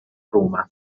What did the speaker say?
roma